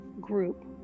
group